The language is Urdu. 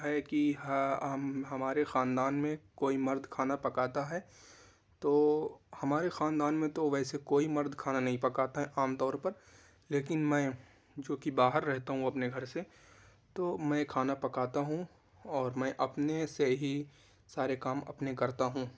ہے کہ ہم ہمارے خاندان میں کوئی مرد کھانا پکاتا ہے تو ہمارے خاندان میں تو ویسے کوئی مرد کھانا نہیں پکاتا ہے عام طور پر لیکن میں جوکہ باہر رہتا ہوں اپنے گھر سے تو میں کھانا پکاتا ہوں اور میں اپنے سے ہی سارے کام اپنے کرتا ہوں